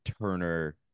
Turner